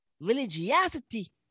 Religiosity